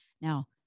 Now